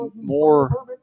more –